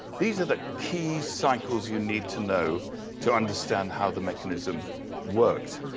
these are the key cycles you need to know to understand how the mechanism worked.